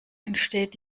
entsteht